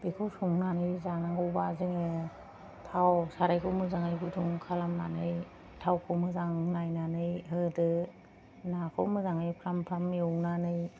बेखौ संनानै जानांगौबा जोङो थाव सारायखौ मोजाङै गुदुं खालामनानै थावखौ मोजां नायनानै होदो नाखौ मोजाङै फ्राम फ्राम एवनानै